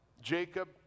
Jacob